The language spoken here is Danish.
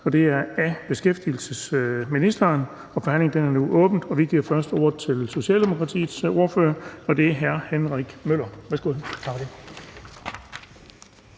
fg. formand (Erling Bonnesen): Forhandlingen er nu åbnet. Vi giver først ordet til Socialdemokratiets ordfører, og det er hr. Henrik Møller.